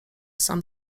sam